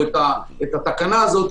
את התקנה הזו,